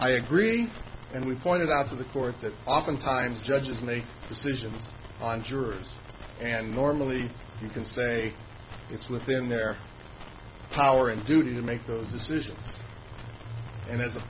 agree and we pointed out to the court that oftentimes judges make decisions on jurors and normally you can say it's within their power and duty to make those decisions and as an